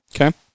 okay